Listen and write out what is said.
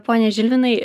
pone žilvinai